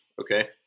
Okay